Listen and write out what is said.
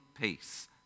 peace